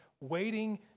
waiting